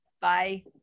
Bye